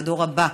לדור הבא.